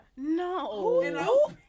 No